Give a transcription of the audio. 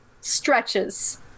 stretches